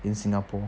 in singapore